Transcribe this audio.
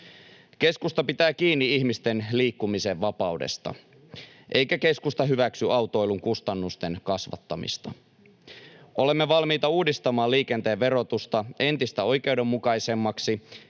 Keskusta pitää kiinni ihmisten liikkumisen vapaudesta, eikä keskusta hyväksy autoilun kustannusten kasvattamista. [Antero Laukkanen: Hyvä!] Olemme valmiita uudistamaan liikenteen verotusta entistä oikeudenmukaisemmaksi